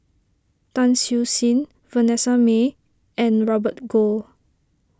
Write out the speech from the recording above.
Tan Siew Sin Vanessa Mae and Robert Goh